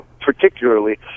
particularly